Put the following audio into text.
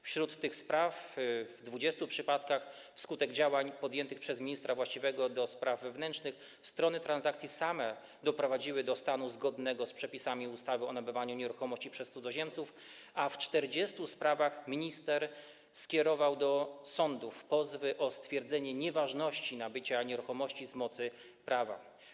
Wśród tych spraw w 20 przypadkach wskutek działań podjętych przez ministra właściwego do spraw wewnętrznych strony transakcji same doprowadziły do stanu zgodnego z przepisami ustawy o nabywaniu nieruchomości przez cudzoziemców, a w 40 sprawach minister skierował do sądów pozwy o stwierdzenie nieważności nabycia nieruchomości z mocy prawa.